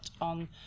on